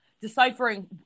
deciphering